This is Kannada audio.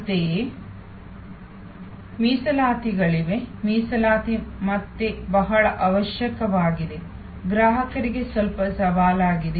ಅಂತೆಯೇ ಮೀಸಲಾತಿಗಳಿವೆ ಮೀಸಲಾತಿ ಮತ್ತೆ ಬಹಳ ಅವಶ್ಯಕವಾಗಿದೆ ಗ್ರಾಹಕರಿಗೆ ಸ್ವಲ್ಪ ಸವಾಲಾಗಿದೆ